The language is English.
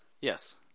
Yes